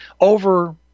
over